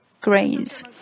grains